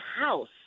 house